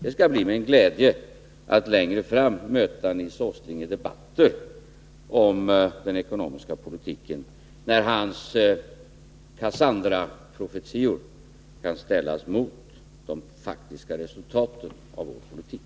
Det skall bli mig en glädje att längre fram möta Nils Åsling i debatter om den ekonomiska politiken, när hans Kassandra-profetior kan ställas mot de faktiska resultaten av vår politik.